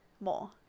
more